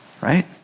Right